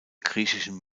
griechischen